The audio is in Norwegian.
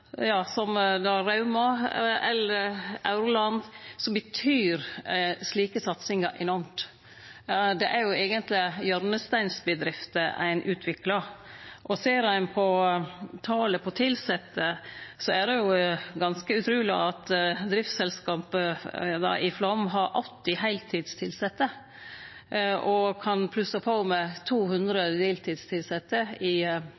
Rauma eller Aurland betyr slike satsingar enormt. Det er eigentleg hjørnesteinsbedrifter ein utviklar. Ser ein på talet på tilsette, er det ganske utruleg at driftsselskapet i Flåm har 80 heiltidstilsette og kan plusse på med 200 deltidstilsette i